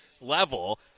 level